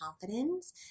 confidence